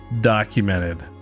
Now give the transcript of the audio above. documented